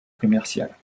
commerciale